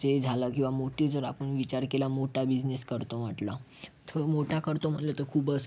ते झालं किंवा मोठा जर आपण विचार केला मोठा बिजनेस करतो म्हटलं तर मोठा करतो म्हटलं तर खूपच